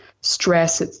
stress